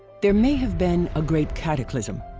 there may have been a great cataclysm.